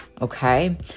Okay